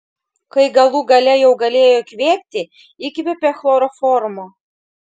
kai galų gale jau galėjo įkvėpti įkvėpė chloroformo